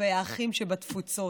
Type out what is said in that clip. כלפי האחים שבתפוצות.